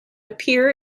appear